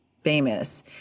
famous